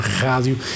rádio